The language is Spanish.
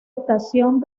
estación